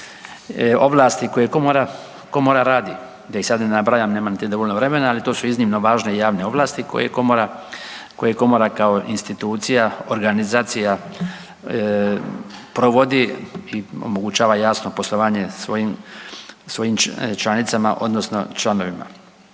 ovlasti koje Komora radi, da ih sad ne nabrajam, nemam niti dovoljno vremena, ali to su iznimno važne javne ovlasti koje Komora kao institucija, organizacija provodi i omogućava, jasno, poslovanje svojim članicama odnosno članovima.